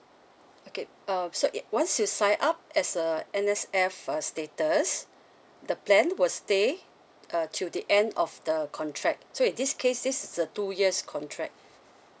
okay uh so err once you sign up as a N_S_F uh status the plan will stay uh till the end of the contract so in this case this is a two years contract